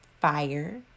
fire